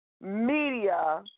media